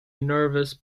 nervous